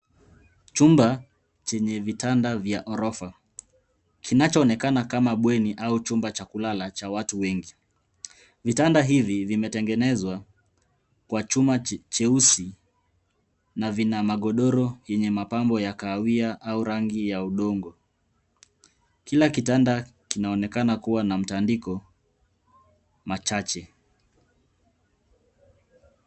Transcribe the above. Chumba chenye vitanda vya ghorofa kinachoonekana kama bweni au chumba cha kulala cha watu wengi. Vitanda hivi vimetengenezwa kwa chuma cheusi na vina magodoro yenye mapambo ya kahawia au rangi ya udongo. Kila kitanda kinaonekana kuwa na mtandiko machache.